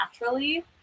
naturally